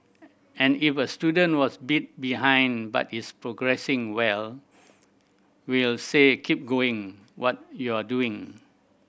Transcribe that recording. and if a student was a bit behind but is progressing well we'll say keep going what you're doing